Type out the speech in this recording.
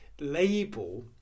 label